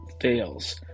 fails